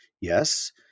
Yes